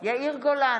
יאיר גולן,